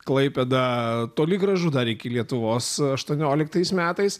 klaipėda toli gražu dar iki lietuvos aštuonioliktais metais